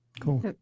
Cool